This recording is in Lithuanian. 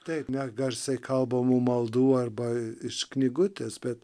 taip negarsiai kalbamų maldų arba iš knygutės bet